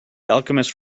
alchemist